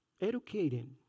educating